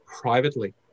privately